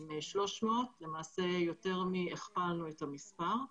עם 300, למעשה יותר מהכפלנו את המספר.